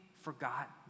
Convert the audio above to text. forgot